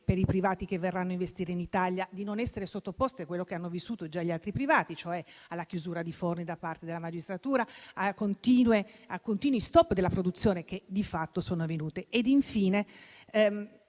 per i privati che verranno a investire in Italia, di non essere sottoposti a quanto hanno vissuto già gli altri privati, cioè alla chiusura di forni da parte della magistratura e ai continui *stop* della produzione che di fatto sono avvenuti?